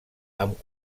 amb